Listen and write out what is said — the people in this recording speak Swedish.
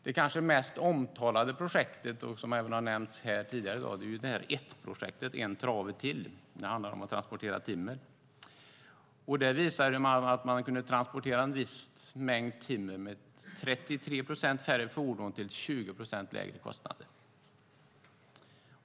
Det kanske mest omtalade projektet, som även har nämnts här tidigare i dag, är ETT-projektet, En Trave Till, som handlar om att transportera timmer. Det visade att man kunde transportera en viss mängd timmer med 33 procent färre fordon till 20 procent lägre kostnader.